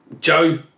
Joe